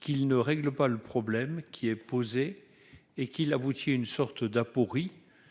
qu'il ne règle pas le problème qui est posé et qu'il aboutit à une sorte d'aporie